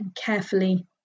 carefully